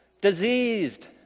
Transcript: diseased